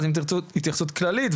אז אם תרצו התייחסות כללית,